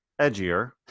edgier